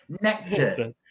nectar